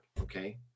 Okay